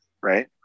right